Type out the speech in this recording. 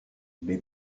les